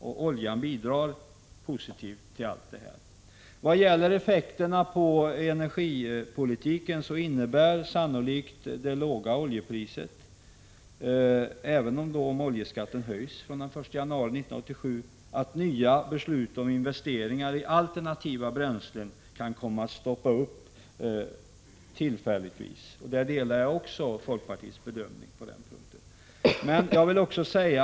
Oljepriset bidrar positivt till allt detta. Vad gäller effekterna på energipolitiken innebär sannolikt det låga oljepriset, även om oljeskatten höjs från den 1 januari 1987, att det tillfälligtvis inte blir några nya beslut om investeringar i alternativa bränslen. Också på den punkten delar jag folkpartiets bedömning.